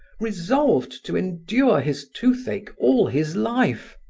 resolved to endure his toothache all his life.